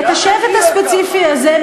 את השבט הספציפי הזה,